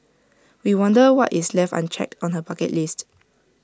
we wonder what is left unchecked on her bucket list